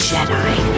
Jedi